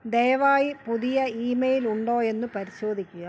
ദയവായി പുതിയ ഈമെയിൽ ഉണ്ടോ എന്ന് പരിശോധിക്കുക